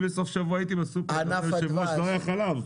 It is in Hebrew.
בסוף השבוע הייתי בסופר, לא היה חלב.